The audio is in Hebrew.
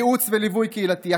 בייעוץ וליווי קהילתי,